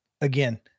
again